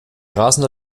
rasende